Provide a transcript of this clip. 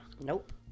Nope